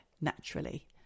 naturally